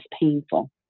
painful